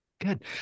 good